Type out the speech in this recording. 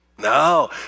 No